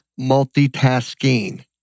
multitasking